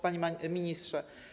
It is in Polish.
Panie Ministrze!